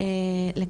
גם בתפקיד הקודם שלי,